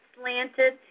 slanted